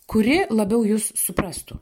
kuri labiau jus suprastų